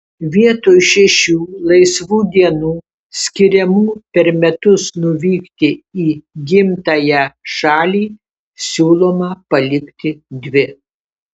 vietoj šešių laisvų dienų skiriamų per metus nuvykti į gimtąją šalį siūloma palikti dvi